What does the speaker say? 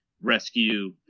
rescue